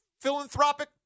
philanthropic